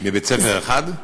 מבית-ספר אחד?